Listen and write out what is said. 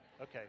okay